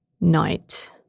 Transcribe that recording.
night